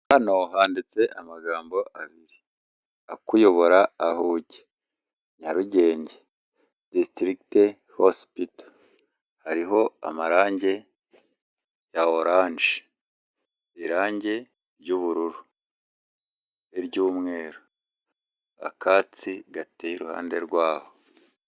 Hano handitse amagambo abiri akuyobora aho ujya, Nyarugenge disitirigite hosipito, hariho amarange ya oranje, irangi ry'ubururu. Iry'umweru, akatsi gateye iruhande rwaho.